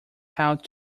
held